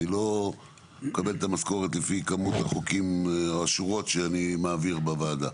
אני לא מקבל את המשכורת לפי כמות החוקים או השורות שאני מעביר בוועדה.